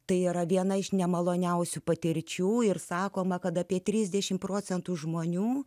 tai yra viena iš nemaloniausių patirčių ir sakoma kad apie trisdešim procentų žmonių